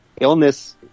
illness